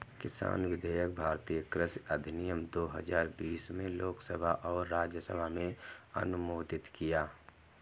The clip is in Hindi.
किसान विधेयक भारतीय कृषि अधिनियम दो हजार बीस में लोकसभा और राज्यसभा में अनुमोदित किया